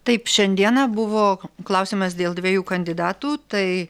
taip šiandieną buvo klausimas dėl dviejų kandidatų tai